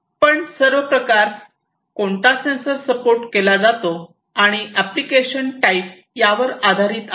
पण सर्व प्रकार कोणता सेन्सर सपोर्ट केला जातो आणि एप्लीकेशन टाईप यावर आधारित आहे